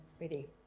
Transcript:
ready